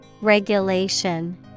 Regulation